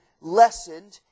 lessened